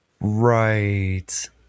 Right